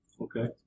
Okay